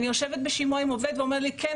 אני יושבת בשימוע עם עובד והוא אומר לי "כן,